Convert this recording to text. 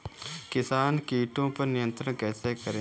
किसान कीटो पर नियंत्रण कैसे करें?